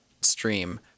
stream